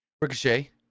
Ricochet